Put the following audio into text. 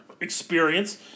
experience